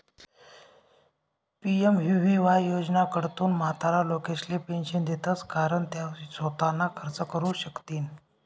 PMVVY योजनाकडथून म्हातारा लोकेसले पेंशन देतंस कारण त्या सोताना खर्च करू शकथीन